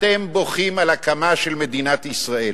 אתם בוכים על ההקמה של מדינת ישראל.